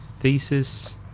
thesis